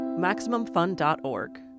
MaximumFun.org